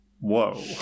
whoa